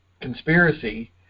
conspiracy